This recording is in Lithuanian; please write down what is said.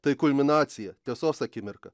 tai kulminacija tiesos akimirka